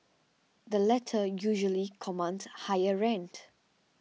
the letter usually commands higher rent